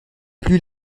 plus